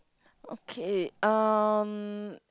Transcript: okay um